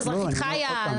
זה חברה אזרחית חיה.